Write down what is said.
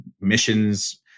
missions